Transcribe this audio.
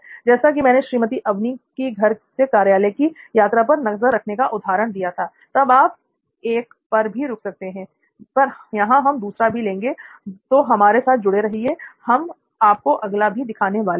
जैसा कि मैंने श्रीमती अवनी की घर से कार्यालय की यात्रा पर नजर रखने का उदाहरण दिया था l तब आप एक पर भी रुक सकते हैंl पर यहाँ हम दूसरा भी लेंगे तो हमारे साथ जुड़े रहिए हम आपको अगला भी दिखाने वाले हैंl ग्राहक के सम्पूर्ण अनुभवों का चित्रण जिसके आधार पर कोई कंपनी अपने उत्पाद या सेवा को सुधार सकती हैl